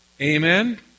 Amen